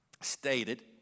stated